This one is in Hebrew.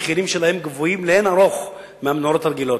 המחירים שלהן גבוהים לאין ערוך מהמחירים של הנורות הרגילות.